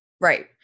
Right